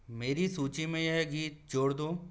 मेरी सूची में यह गीत जोड़ दो